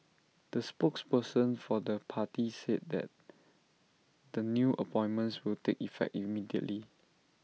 the spokesperson for the party said that the new appointments will take effect immediately